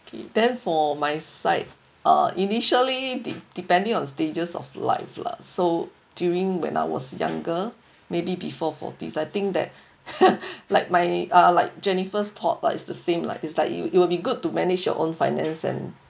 okay then for my side uh initially de~ depending on stages of life lah so during when I was younger maybe before forties I think that like my ah like jennifer's thought lah it's the same lah it's like you will be good to manage your own finance and